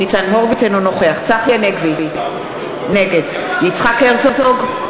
אינו נוכח צחי הנגבי, נגד יצחק הרצוג,